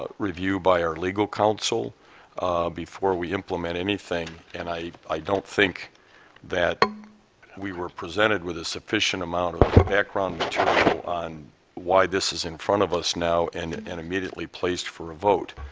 ah review by our legal counsel before we implement anything, and i i don't think that we were presented with a sufficient amount of background material on why this is in front of us now and and immediately placed for a vote.